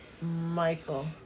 Michael